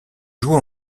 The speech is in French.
joue